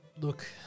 Look